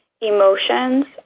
emotions